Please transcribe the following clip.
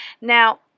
Now